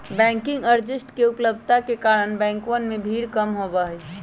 banking agents के उपलब्धता के कारण बैंकवन में भीड़ कम होबा हई